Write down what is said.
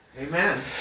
Amen